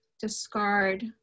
discard